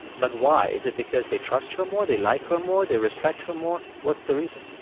but why? is it because they trust her more, they like her more, they respect her more? what's the reason?